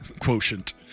quotient